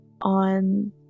on